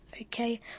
Okay